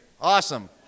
awesome